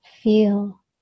Feel